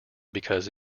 because